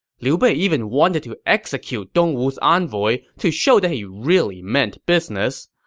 liu bei even wanted to execute dongwu's envoy to show that he really meant business,